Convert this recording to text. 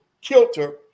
kilter